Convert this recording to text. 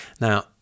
Now